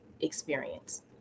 experience